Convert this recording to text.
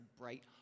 bright